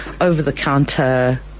over-the-counter